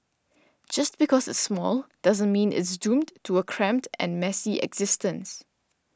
just because it's small doesn't mean it's doomed to a cramped and messy existence